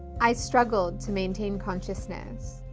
i struggled to maintain consciousness,